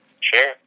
sure